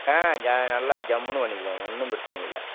ஆ ஜ நல்லா ஜம்முன்னு பண்ணிக்கலாங்க ஒன்றும் பிரச்சனை இல்லை